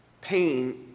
Pain